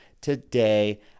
Today